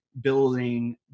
building